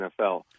NFL